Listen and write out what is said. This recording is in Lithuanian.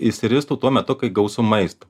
išsiristų tuo metu kai gausu maisto